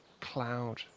cloud